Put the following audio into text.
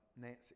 Nancy